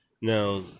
Now